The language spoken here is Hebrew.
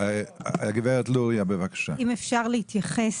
אם אפשר להתייחס.